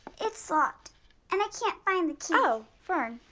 it's locked and i can't find the key. oh fern,